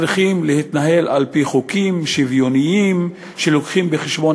צריכים להתנהל על-פי חוקים שוויוניים שמביאים בחשבון